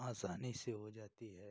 आसानी से हो जाती है